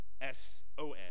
S-O-N